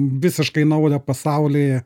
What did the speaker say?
visiškai naują pasaulį